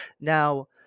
Now